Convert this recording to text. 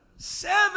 Seven